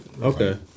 Okay